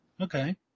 Okay